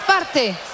Parte